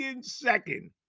second